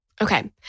Okay